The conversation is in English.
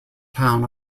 town